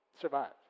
survive